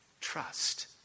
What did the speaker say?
trust